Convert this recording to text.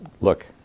look